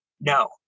no